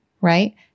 right